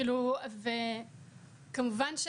וכמובן,